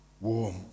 warm